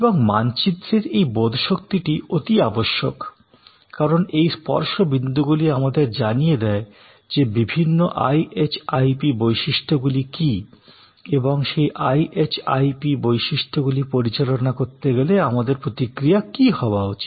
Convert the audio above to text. এবং মানচিত্রের এই বোধশক্তিটি অতি আবশ্যক কারণ এই স্পর্শ বিন্দুগুলি আমাদের জানিয়ে দেয় যে বিভিন্ন আই এইচ আই পি বৈশিষ্ট্যগুলি কী এবং সেই আই এইচ আই পি বৈশিষ্ট্যগুলি পরিচালনা করতে গেলে আমাদের প্রতিক্রিয়া কী হওয়া উচিত